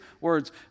words